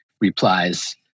replies